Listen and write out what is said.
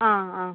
ആ ആ